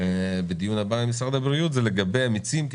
ממשרד הבריאות בדיון הבא הוא לגבי מיצים טבעיים,